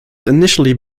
initially